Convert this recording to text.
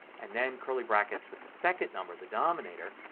and then curly brackets with the second number, the denominator,